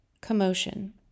commotion